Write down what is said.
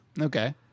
Okay